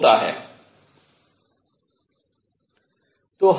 होता है